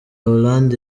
hollande